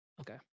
Okay